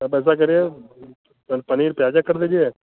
आप ऐसा करिए पनीर प्याज़ा कर दीजिए